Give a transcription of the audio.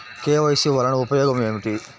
KYC వలన ఉపయోగం ఏమిటీ?